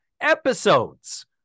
episodes